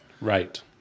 Right